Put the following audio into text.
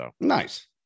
Nice